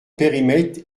périmètre